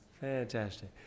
Fantastic